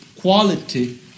quality